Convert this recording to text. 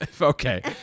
okay